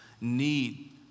need